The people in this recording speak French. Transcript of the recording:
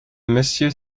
monsieur